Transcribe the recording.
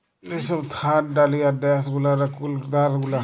যে সব থার্ড ডালিয়ার ড্যাস গুলার এখুল ধার গুলা